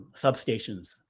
substations